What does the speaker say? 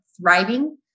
thriving